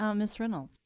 um ms reynolds,